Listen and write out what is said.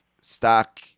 stock